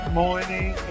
morning